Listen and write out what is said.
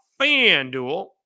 FanDuel